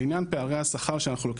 לעניין פערי השכר,